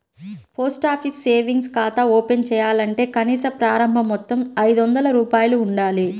post office savings ఖాతా open చేయాలంటే కనీస ప్రారంభ మొత్తం ఐదొందల రూపాయలు ఉండాలి